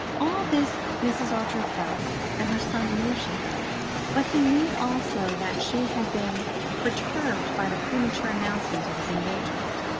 all this mrs. archer felt, and her son knew she felt but he knew also that she had been perturbed by the premature announcement of his engagement,